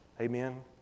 Amen